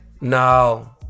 No